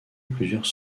plusieurs